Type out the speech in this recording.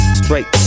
straight